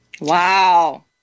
Wow